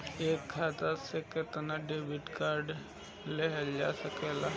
एक खाता से केतना डेबिट कार्ड लेहल जा सकेला?